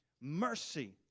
mercy